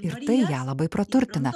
ir tai ją labai praturtina